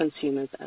consumers